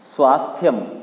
स्वास्थ्यं